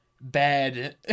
bad